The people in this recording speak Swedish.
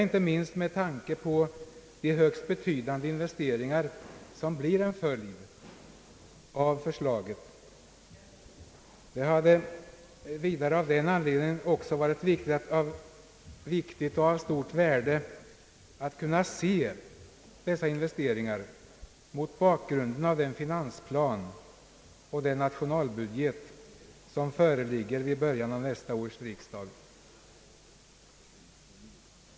Inte minst med tanke på de högst betydande investeringar som blir en följd av förslaget hade det vidare varit av värde att kunna se dessa investeringar mot bakgrund av den finansplan och den nationalbudget som föreligger i början av nästa års riksdag.